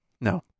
no